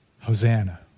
Hosanna